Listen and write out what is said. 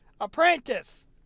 Apprentice